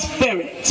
Spirit